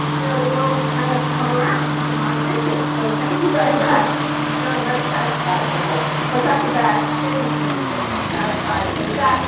you know the world has kind of come around to my vision. so thank you very much. i'm feeling very satisfied tonight. of course, that's a bad thing. you should never feel self-satisfied. so with that,